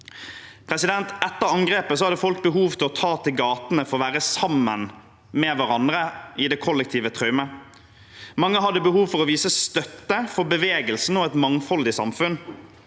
angrepet. Etter angrepet hadde folk behov for å ta til gatene for å være sammen med hverandre i det kollektive trau met. Mange hadde behov for å vise støtte til bevegelsen og et mangfoldig samfunn.